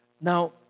Now